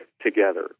together